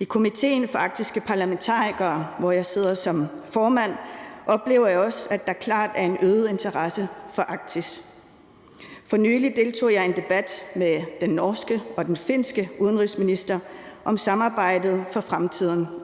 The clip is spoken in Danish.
I komitéen for arktiske parlamentarikere, hvor jeg sidder som formand, oplever jeg også, at der klart er en øget interesse for Arktis. For nylig deltog jeg i en debat med den norske og den finske udenrigsminister om samarbejdet